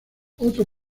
otro